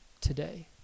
today